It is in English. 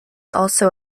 also